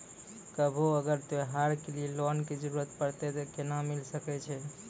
कभो अगर त्योहार के लिए लोन के जरूरत परतै तऽ केना मिल सकै छै?